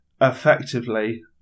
effectively